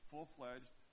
full-fledged